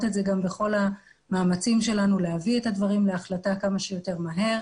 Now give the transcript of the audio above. את זה גם בכל המאמצים שלנו להביא את הדברים להחלטה כמה שיותר מהר,